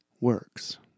works